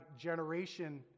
generation